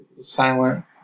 silent